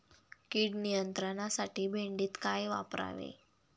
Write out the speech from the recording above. कीड नियंत्रणासाठी भेंडीत काय वापरावे?